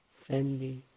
friendly